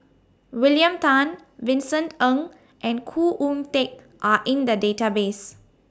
William Tan Vincent Ng and Khoo Oon Teik Are in The Database